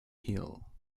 hill